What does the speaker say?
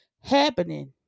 happening